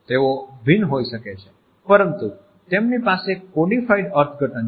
તેઓ ભિન્ન હોઈ શકે છે પરંતુ તેમની પાસે કોડિફાઇડ અર્થઘટન છે